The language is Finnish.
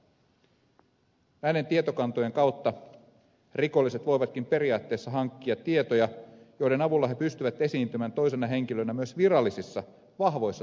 näiden tietokantojen kautta rikolliset voivatkin periaatteessa hankkia tietoja joiden avulla he pystyvät esiintymään toisena henkilönä myös virallisissa vahvoissa tunnistamisjärjestelmissä